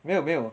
没有没有